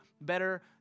better